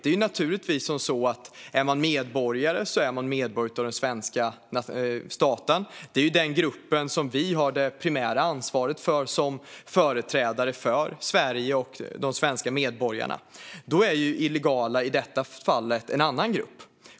Det är naturligtvis så att den som är medborgare är medborgare av svenska staten, och det är den grupp vi har det primära ansvaret för som företrädare för Sverige och de svenska medborgarna. Då är illegala i detta fall en annan grupp.